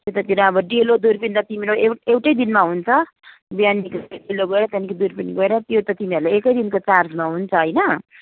यतातिर अब डेलो दुर्पिन त तिम्रो ए एउटै दिनमा हुन्छ बिहान गयो त्यहाँदेखि दुर्पिन गएर त्यो त तिमीहरूले एकै दिनको चार्जमा हुन्छ होइन